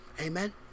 Amen